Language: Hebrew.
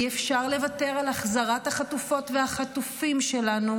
אי-אפשר לוותר על החזרת החטופות והחטופים שלנו,